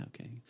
okay